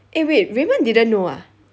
eh wait raymond didn't know ah